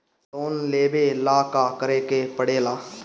Loan लेबे ला का करे के पड़े ला?